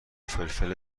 فلفل